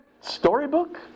storybook